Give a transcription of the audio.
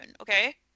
Okay